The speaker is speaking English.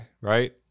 Right